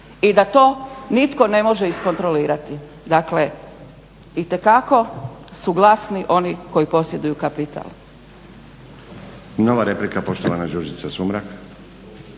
i da to nitko ne može iskontrolirati. Dakle itekako su glasni oni koji posjeduju kapital.